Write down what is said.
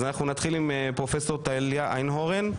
אז אנחנו נתחיל עם פרופסור טליה איינהורן,